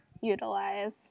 utilize